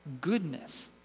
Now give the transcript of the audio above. goodness